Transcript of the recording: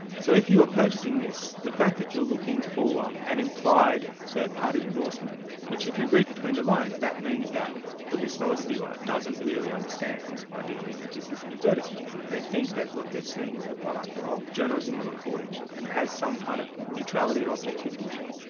so if you were purchasing this, the fact that you're looking for an implied third party endorsement, which if you read between the lines, that means that the listener or the viewer doesn't really understand ideally that this is an advertisement. they think that what they're seeing is the product of journalism or reporting, and has some kind of neutrality or objectivity to it.